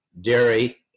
dairy